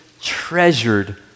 treasured